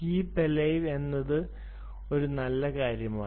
keep alive എന്നത് ഒരു നല്ല കാര്യമാണ്